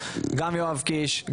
שגם יואב קיש,